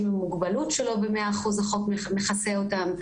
עם מוגבלות שלא ב-100% החוק מכסה אותם.